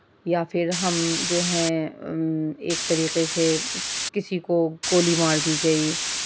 یا پھر ہم جو ہیں ایک طریقے سے کسی کو گولی مار دی گئی